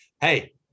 Hey